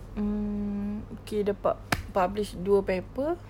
mm okay dapat publish dua paper